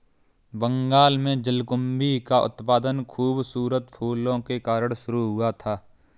बंगाल में जलकुंभी का उत्पादन खूबसूरत फूलों के कारण शुरू हुआ था